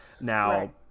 now